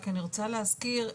רק אני רוצה להזכיר,